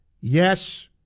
yes